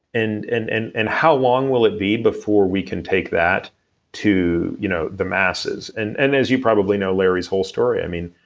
and and and and how long will it be before we can take that to you know the masses? and and as you probably know larry's whole story, i mean,